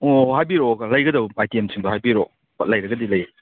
ꯑꯣ ꯍꯥꯏꯕꯤꯔꯛꯑꯣ ꯂꯩꯒꯗꯕ ꯑꯥꯏꯇꯦꯝꯁꯤꯡꯗꯣ ꯍꯥꯏꯕꯤꯔꯛꯑꯣ ꯄꯣꯠ ꯂꯩꯔꯒꯗꯤ ꯂꯩ